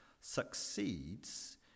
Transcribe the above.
succeeds